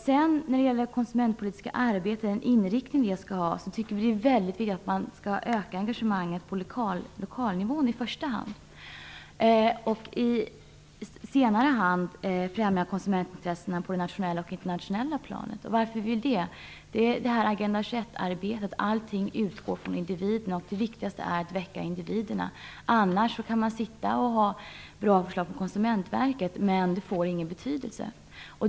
Det är väldigt viktigt att det konsumentpolitiska arbetet skall inriktas på att öka engagemanget på lokalnivån i första hand, i andra hand att även främja konsumentintressena på det nationella och internationella planet. Varför det? Ja, det gäller Agenda 21 arbete. Allt utgår från individen. Det viktigaste är att väcka individerna. Annars kan man sitta och komma med bra förslag till Konsumentverket som inte får någon betydelse.